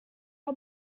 har